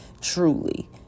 truly